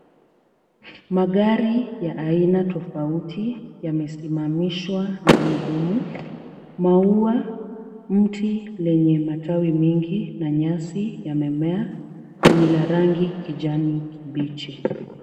Magari ya aina tofauti yamesimamishwa ndani humu. Maua, mti lenye matawi mingi na nyasi yamemea na ni la rangi kijani kibichi.